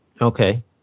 Okay